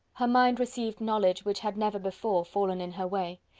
her mind received knowledge which had never before fallen in her way.